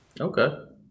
Okay